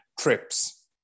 trips